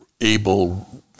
able